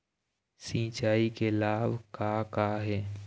सिचाई के लाभ का का हे?